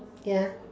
ya